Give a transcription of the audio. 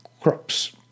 crops